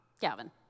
Gavin